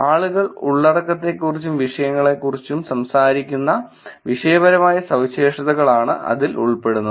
ആളുകൾ ഉള്ളടക്ക ത്തെക്കുറിച്ചും വിഷയങ്ങളെക്കുറിച്ചും സംസാരിക്കുന്ന വിഷയപരമായ സവിശേഷതകളാണ് അതിൽ ഉൾപ്പെടുന്നത്